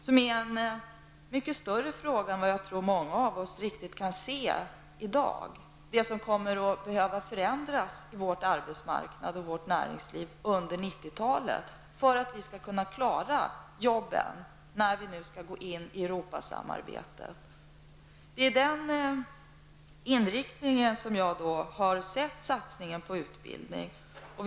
Det är en mycket större fråga än många av oss riktigt kan se i dag -- det gäller vad som kommer att behöva förändras i vår arbetsmarknad och i vårt näringsliv under 90-talet för att vi skall kunna klara jobben när vi nu skall gå in i Europasamarbetet. Det är i den inriktningen som jag har sett satsningen på utbildningen.